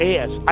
Yes